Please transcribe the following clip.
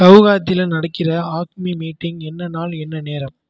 கவுகாத்தியில் நடக்கிற ஆக்மி மீட்டிங் என்ன நாள் என்ன நேரம்